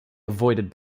avoided